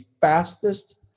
fastest